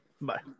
Bye